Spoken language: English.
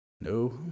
No